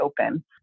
open